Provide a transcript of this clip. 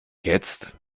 jetzt